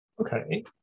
okay